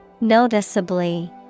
Noticeably